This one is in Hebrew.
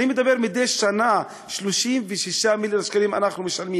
אני מדבר על 36 מיליארד שקלים שאנחנו משלמים